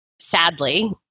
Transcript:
sadly